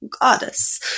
goddess